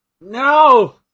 No